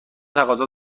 تقاضا